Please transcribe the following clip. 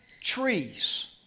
trees